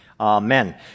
amen